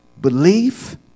belief